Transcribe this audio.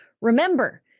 Remember